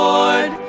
Lord